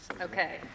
Okay